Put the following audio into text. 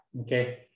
Okay